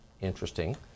Interesting